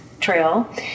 trail